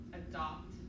adopt